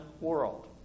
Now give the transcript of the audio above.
world